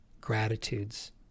gratitudes